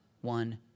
one